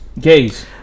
gays